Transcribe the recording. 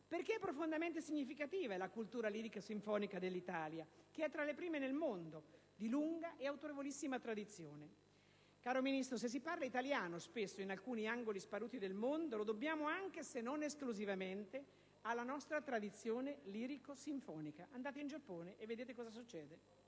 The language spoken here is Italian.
perché profondamente significativa è la cultura sinfonica dell'Italia, che è tra le prime del mondo, nonché di lunga e autorevolissima tradizione. Caro Ministro, se si parla italiano in alcuni angoli sparuti del mondo spesso lo dobbiamo anche, se non esclusivamente, alla nostra tradizione lirico‑sinfonica: basta andare in Giappone per verificarlo.